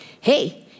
Hey